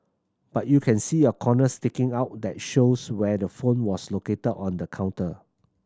but you can see a corner sticking out that shows where the phone was located on the counter